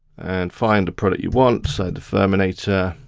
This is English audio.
and find the product you want, so fuminator,